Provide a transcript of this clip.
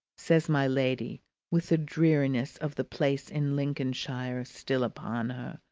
says my lady with the dreariness of the place in lincolnshire still upon her,